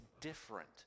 different